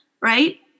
right